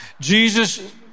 Jesus